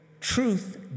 truth